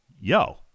yo